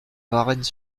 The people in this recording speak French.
varennes